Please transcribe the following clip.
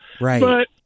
right